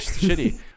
shitty